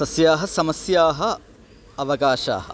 तस्याः समस्याः अवकाशाः